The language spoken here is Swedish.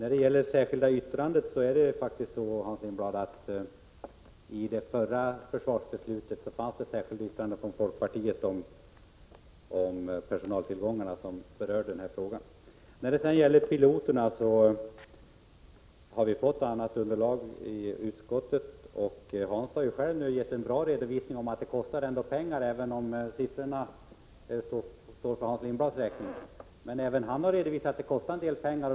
I det förra försvarsbeslutet fanns det, Hans Lindblad, ett särskilt yttrande från folkpartiet om personaltillgången som berörde det särskilda yttrandet i försvarskommittén i denna fråga. Vi har i utskottet fått ett annat underlag beträffande piloterna. Hans Lindblad har själv på ett bra sätt redovisat att det kostar pengar, även om beloppen får stå för hans räkning.